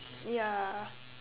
ya